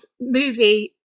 movie